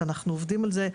אנחנו עובדים על זה,